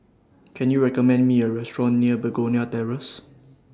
Can YOU recommend Me A Restaurant near Begonia Terrace